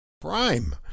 Prime